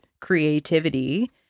creativity